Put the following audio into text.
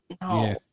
no